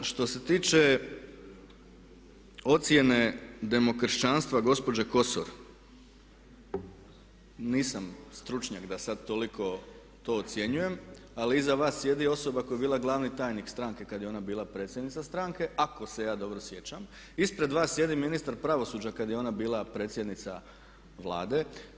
Što se tiče ocjene demokršćanstva gospođe Kosor nisam stručnjak da sad toliko to ocjenjujem, ali iza vas sjedi osoba koja je bila glavni tajnik stranke kad je ona bila predsjednica stranke ako se ja dobro sjećam, ispred vas sjedi ministar pravosuđa kad je ona bila predsjednica Vlade.